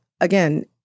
again